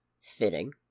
Fitting